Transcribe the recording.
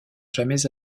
jamais